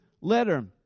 letter